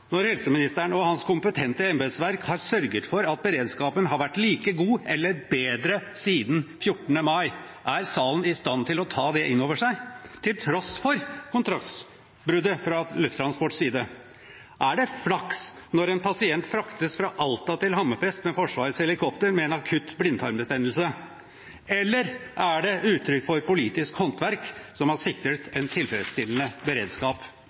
når helseministeren og hans kompetente embetsverk har sørget for at beredskapen har vært like god eller bedre siden 14. mai – til tross for kontraktsbruddet fra Lufttransports side? Er salen i stand til å ta det inn over seg? Er det flaks når en pasient fraktes fra Alta til Hammerfest med Forsvarets helikopter med akutt blindtarmbetennelse? Eller er det uttrykk for politisk håndverk, som har sikret en tilfredsstillende beredskap